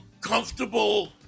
comfortable